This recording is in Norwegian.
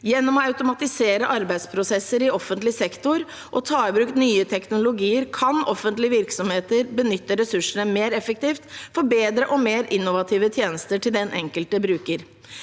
Gjennom å automatisere arbeidsprosesser i offentlig sektor og ta i bruk nye teknologier kan offentlige virksomheter benytte ressursene mer effektivt for bedre og mer innovative tjenester til den enkelte bruker.